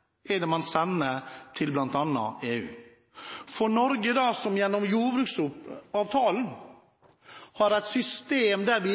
er hvilke signaler man sender til bl.a. EU, for Norge har gjennom jordbruksavtalen et system der vi